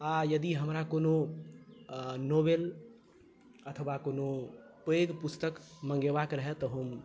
आ यदि हमरा कोनो नॉवेल अथवा कोनो पैघ पुस्तक मॅंगेबाक रहए तऽ हम